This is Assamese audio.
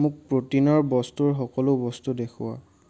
মোক প্ৰ'টিনৰ বস্তুৰ সকলো বস্তু দেখুওৱা